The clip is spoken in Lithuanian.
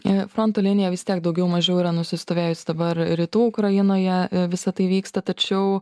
e fronto linija vis tiek daugiau mažiau yra nusistovėjus dabar rytų ukrainoje visa tai vyksta tačiau